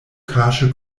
kaŝe